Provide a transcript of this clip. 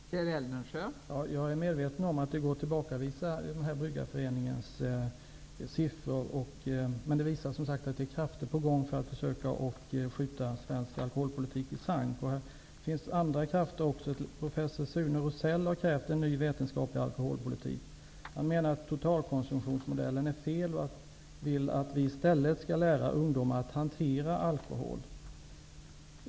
Fru talman! Jag är medveten om att det går att tillbakavisa Bryggareföreningens siffror, men de visar, som sagt, att det är krafter på gång för att skjuta svensk alkoholpolitik i sank. Det finns också andra sådana krafter. Professor Sune Rosell har krävt en ny, vetenskapligt grundad alkoholpolitik. Han menar att totalkonsumtionsmodellen är felaktig och vill att vi i stället skall lära ungdomar att hantera alkohol.